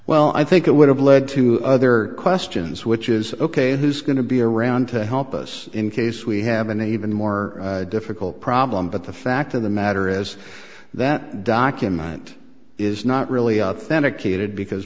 well i think it would have led to other questions which is ok who's going to be around to help us in case we have an even more difficult problem but the fact of the matter is that document is not really authenticated because